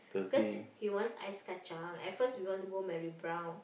cause he wants Ice-Kacang at first we want to go Mary-Brown